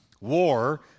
war